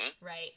Right